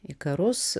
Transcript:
į karus